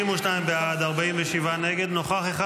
32 בעד, 47 נגד, נוכח אחד.